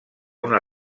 una